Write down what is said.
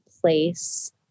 place